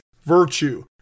virtue